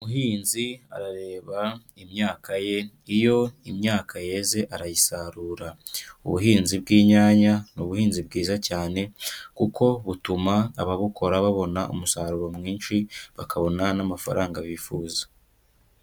Umuhinzi arareba imyaka ye, iyo imyaka yeze arayisarura, ubuhinzi bw'inyanya ni ubuhinzi bwiza cyane kuko butuma ababukora babona umusaruro mwinshi, bakabona n'amafaranga bifuza.